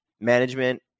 management